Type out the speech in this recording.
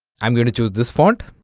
i'm going to choose this font